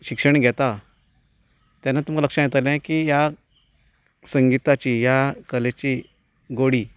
शिक्षण घेता तेन्ना तुमकां लक्षा येतलें की ह्या संगिताची ह्या कलेची गोडी